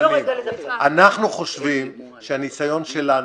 אנחנו חושבים שהניסיון שלנו,